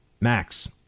Max